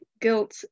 guilt